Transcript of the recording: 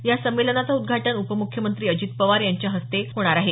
या संमेलनाचं उद्घाटन उपमुख्यमंत्री अजित पवार यांच्या हस्ते होणार आहे